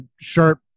sharp